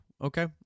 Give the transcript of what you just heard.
Okay